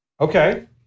okay